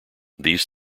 these